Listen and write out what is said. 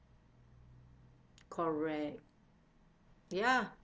correct ya